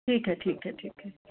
ठीक है ठीक है ठीक है